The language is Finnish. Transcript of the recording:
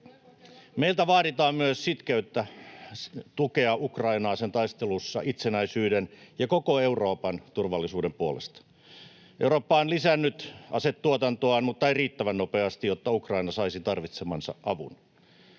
Meiltä vaaditaan myös sitkeyttä tukea Ukrainaa sen taistelussa itsenäisyyden ja koko Euroopan turvallisuuden puolesta. Eurooppa on lisännyt asetuotantoaan mutta ei riittävän nopeasti, jotta Ukraina saisi tarvitsemansa avun.